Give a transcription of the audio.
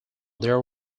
there